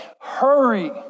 hurry